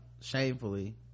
shamefully